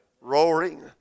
roaring